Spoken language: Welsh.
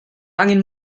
angen